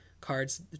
Cards